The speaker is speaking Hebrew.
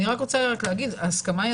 אני רק רוצה להגיד שההסכמה היא